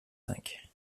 cinq